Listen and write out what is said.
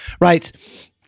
right